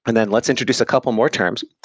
but then let's introduce a couple more terms.